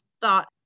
thought